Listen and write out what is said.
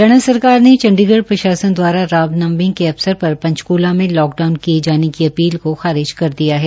हरियाणा सरकार ने चंडीगढ़ प्रशासन दवारा रामनवमी के अवसर पर पंचकूला में लॉकडाउन किये जाने की अपील को खारिज कर दिया है